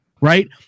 right